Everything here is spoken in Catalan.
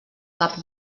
cap